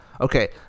Okay